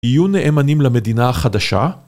‫יהיו נאמנים למדינה החדשה?